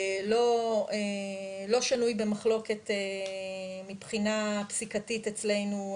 לא שנוי במחלוקת מבחינת פסיקתית אצלנו,